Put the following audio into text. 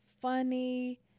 funny